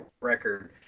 record